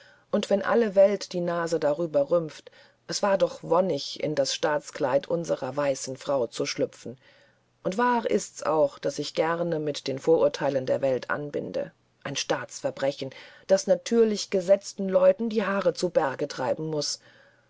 und wenn alle welt die nase darüber rümpft es war doch wonnig in das staatskleid unserer weißen frau zu schlüpfen und wahr ist's auch daß ich gern mit den vorurteilen der welt anbinde ein staatsverbrechen das natürlich gesetzten leuten die haare zu berge treiben muß